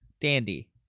Dandy